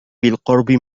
بالقرب